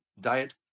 Diet